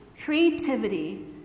Creativity